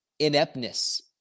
ineptness